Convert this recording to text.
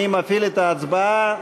אני מפעיל את ההצבעה.